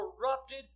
corrupted